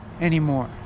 anymore